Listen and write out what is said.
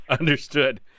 Understood